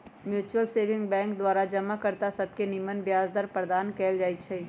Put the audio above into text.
mutual saving bank द्वारा जमा कर्ता सभके निम्मन ब्याज दर प्रदान कएल जाइ छइ